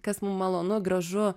kas mum malonu gražu